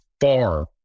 far